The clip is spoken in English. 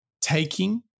taking